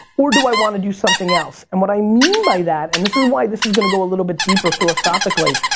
or do i want to do something else? and what i mean by that, and this is why this is gonna go a little bit deeper philosophically,